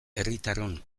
herritarron